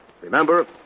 Remember